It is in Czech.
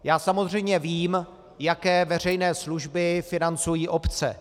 Já samozřejmě vím, jaké veřejné služby financují obce.